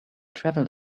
travel